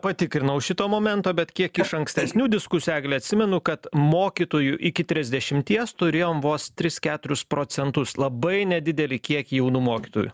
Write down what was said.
patikrinau šito momento bet kiek iš ankstesnių diskusijų egle atsimenu kad mokytojų iki tresdešimties turėjom vos tris keturius procentus labai nedidelį kiekį jaunų mokytojų